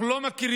אנחנו לא מכירים,